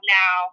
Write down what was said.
now